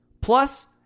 plus